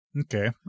Okay